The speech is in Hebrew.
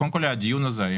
הדיון הזה,